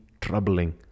troubling